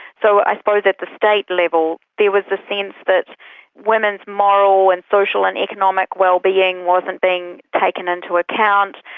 so i suppose at the state level, there was the sense that but women's moral and social and economic wellbeing wasn't being taken into account,